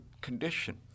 condition